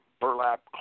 burlap